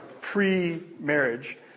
pre-marriage